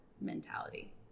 mentality